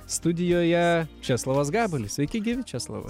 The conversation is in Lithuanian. studijoje česlovas gabalis sveiki gyvi česlovai